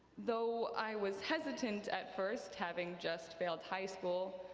though i was hesitant at first, having just failed high school,